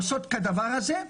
עושות כדבר הזה.